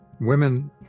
Women